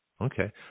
okay